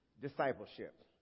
discipleship